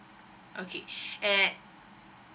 okay and